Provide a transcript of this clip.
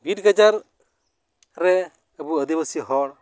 ᱵᱤᱨ ᱜᱟᱡᱟᱲ ᱨᱮ ᱟᱵᱚ ᱟᱹᱫᱤᱵᱟᱹᱥᱤ ᱦᱚᱲ